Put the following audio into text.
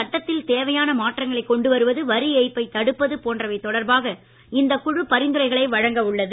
சட்டத்தில் தேவையான மாற்றங்களை கொண்டு வருவது வரி ஏய்ப்பை தடுப்பது போன்றவை தொடர்பாக இந்தக் குழு பரிந்துரைகளை வழங்க உள்ளது